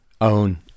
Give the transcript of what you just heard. own